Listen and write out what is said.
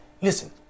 listen